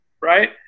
Right